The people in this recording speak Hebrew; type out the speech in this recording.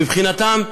מבחינתם,